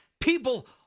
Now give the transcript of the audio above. People